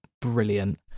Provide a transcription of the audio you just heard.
brilliant